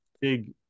Big